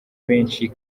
benshi